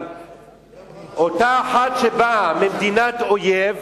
אבל אותה אחת שבאה ממדינת אויב,